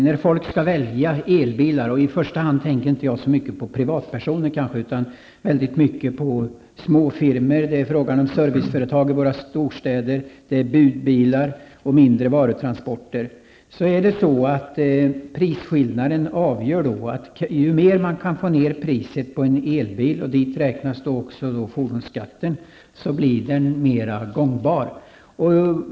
När folk skall välja elbil -- jag tänker i första hand inte så mycket på privatpersoner utan på små firmor, serviceföretag i våra storstäder, budbilar och bilar för mindre varutransporter -- är det prisskillnaden som avgör. Ju mer man kan få ner priset på bilen inkl. fordonsskatten, desto mer gångbar blir den.